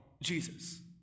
Jesus